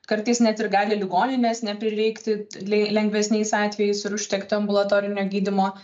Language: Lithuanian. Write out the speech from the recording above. kartais net ir gali ligoninės neprireikti lei lengvesniais atvejais ir užtektų ambulatorinio gydymo